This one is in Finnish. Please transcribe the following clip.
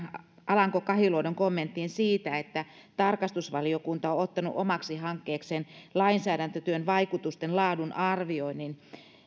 alanko kahiluodon kommenttiin siitä että tarkastusvaliokunta on ottanut omaksi hankkeekseen lainsäädäntötyön vaikutusten laadun arvioinnin